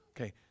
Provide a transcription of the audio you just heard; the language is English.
Okay